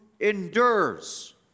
endures